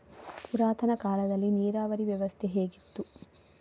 ಪುರಾತನ ಕಾಲದಲ್ಲಿ ನೀರಾವರಿ ವ್ಯವಸ್ಥೆ ಹೇಗಿತ್ತು?